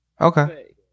Okay